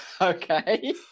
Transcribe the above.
Okay